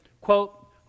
quote